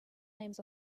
names